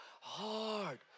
hard